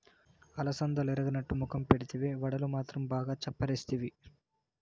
అలసందలెరగనట్టు మొఖం పెడితివే, వడలు మాత్రం బాగా చప్పరిస్తివి